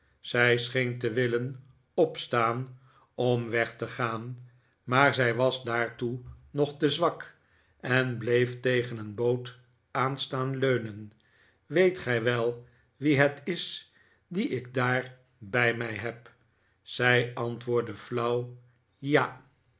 zij scheen te willen opstaan om weg te gaan maar zij was daartoe nog te zwak en bleef tegen een boot aan staan leunen weet gij wel wie het is dien ik daar bij mij heb zij antwoordde flauw ja